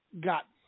got